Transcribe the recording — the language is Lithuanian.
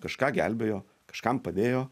kažką gelbėjo kažkam padėjo